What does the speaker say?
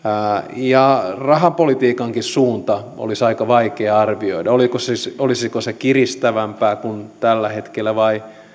ja rahapolitiikankin suunta olisi aika vaikea arvioida olisiko se kiristävämpää kuin tällä hetkellä vai